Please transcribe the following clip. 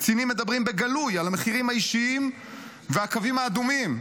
קצינים מדברים בגלוי על המחירים האישיים והקווים האדומים.